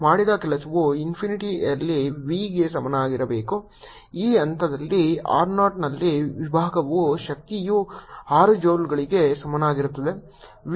ಮಾಡಿದ ಕೆಲಸವು ಇನ್ಫಿನಿಟಿಅಲ್ಲಿ v ಗೆ ಸಮನಾಗಿರಬೇಕು ಈ ಹಂತದಲ್ಲಿ r 0 ನಲ್ಲಿ ವಿಭವದ ಶಕ್ತಿಯು 6 ಜೌಲ್ಗಳಿಗೆ ಸಮನಾಗಿರುತ್ತದೆ